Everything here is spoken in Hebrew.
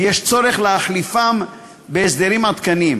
ויש צורך להחליפם בהסדרים עדכניים